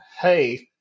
hey